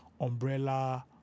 umbrella